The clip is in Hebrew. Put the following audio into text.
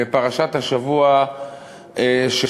בפרשת השבוע שקראנו,